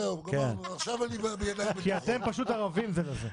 עכשיו אני יותר רגוע.